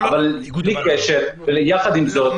עם זאת,